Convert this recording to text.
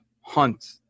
Hunt